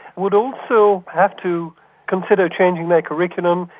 would also have to consider changing their curriculum,